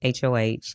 HOH